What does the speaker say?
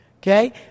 Okay